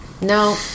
No